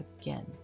again